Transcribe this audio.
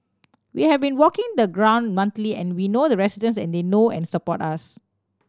we have been walking the ground monthly and we know the residents and they know and support us